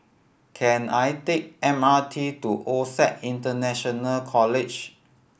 can I take M R T to OSAC International College